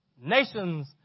nations